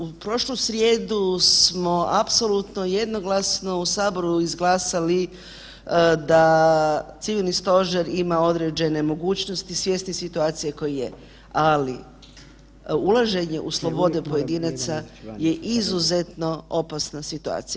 U prošlu srijedu smo apsolutno jednoglasno u Saboru izglasali da Civilni stožer ima određene mogućnosti, svjesni situacije koja je, ali ulaženje u slobodu pojedinaca je izuzetno opasna situacija.